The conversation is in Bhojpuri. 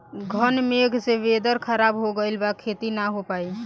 घन मेघ से वेदर ख़राब हो गइल बा खेती न हो पाई